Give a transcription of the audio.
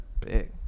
Big